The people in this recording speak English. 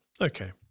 Okay